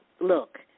look